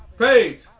paige,